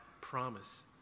promise